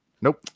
Nope